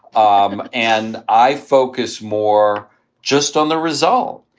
um and i focus more just on the result.